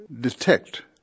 detect